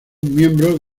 miembros